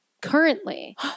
Currently